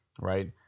right